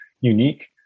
unique